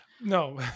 No